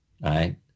right